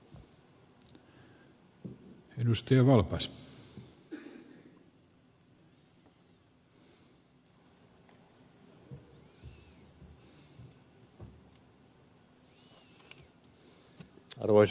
arvoisa puhemies